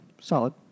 solid